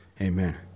Amen